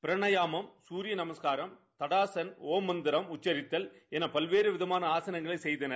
பிரணயாமம் சூரிய நமஸ்காரம் தாடாசென் ஒம் மந்திரம் உச்சரித்தல் என பல்வேறு விதமான ஆசனங்களை செய்தனர்